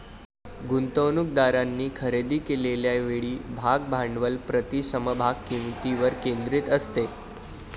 गुंतवणूकदारांनी खरेदी केलेल्या वेळी भाग भांडवल प्रति समभाग किंमतीवर केंद्रित असते